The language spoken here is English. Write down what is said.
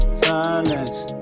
silence